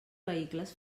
vehicles